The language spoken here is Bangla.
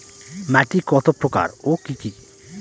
মাটি কত প্রকার ও কি কি?